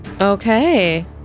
Okay